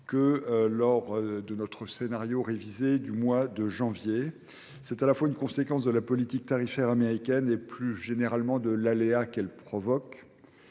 que lors de notre scénario révisé du mois de janvier. C'est à la fois une conséquence de la politique tarifaire américaine et plus généralement de l'aléa qu'elle provoque.